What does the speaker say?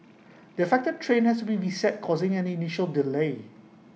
the affected train has to be reset causing an initial delay